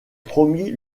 promis